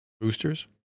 boosters